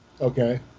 Okay